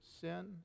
sin